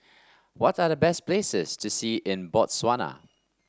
what are the best places to see in Botswana